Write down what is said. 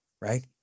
right